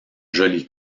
joli